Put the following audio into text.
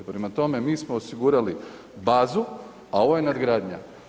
Prema tome, mi smo osigurali bazu, a ovo je nadgradnja.